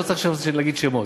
אני לא צריך עכשיו להגיד שמות.